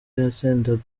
yatsindaga